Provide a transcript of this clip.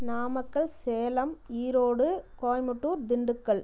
Namakkal Salem Erode Coimbatore Dindigul